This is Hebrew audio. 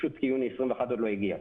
פשוט כי יוני 2021 עוד לא הגיע.